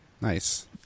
Nice